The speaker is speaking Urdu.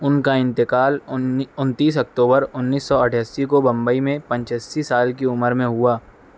ان کا انتقال انی انتیس اکتوبر انّیس سو اٹھاسی کو بمبئی میں پچاسی سال کی عمر میں ہوا